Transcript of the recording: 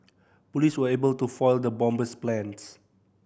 police were able to foil the bomber's plans